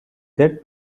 that